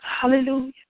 Hallelujah